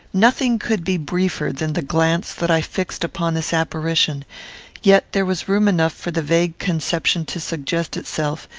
nothing could be briefer than the glance that i fixed upon this apparition yet there was room enough for the vague conception to suggest itself,